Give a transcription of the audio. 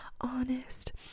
honest